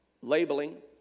labeling